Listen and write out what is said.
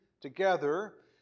together